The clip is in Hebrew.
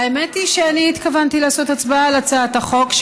האמת היא שאני התכוונתי לעשות הצבעה על הצעת החוק,